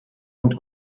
und